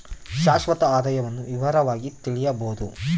ಶಾಶ್ವತ ಆದಾಯವನ್ನು ವಿವರವಾಗಿ ತಿಳಿಯಬೊದು